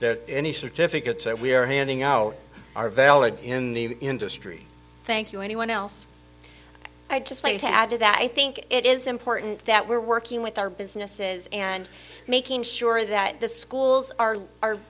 that any certificates that we are handing out are valid in the industry thank you or anyone else i'd just like to add to that i think it is important that we're working with our businesses and making sure that the schools are are